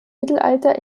mittelalter